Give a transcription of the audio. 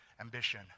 ambition